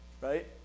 right